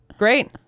great